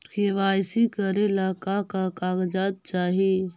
KYC करे ला का का कागजात चाही?